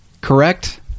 correct